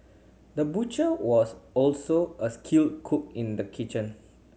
the butcher was also a skilled cook in the kitchen